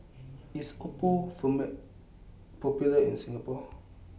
IS Oppo Popular in Singapore